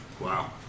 Wow